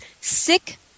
Sick